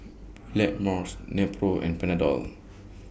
Blackmores Nepro and Panadol